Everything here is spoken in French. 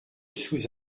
sous